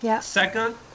Second